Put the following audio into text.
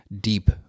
deep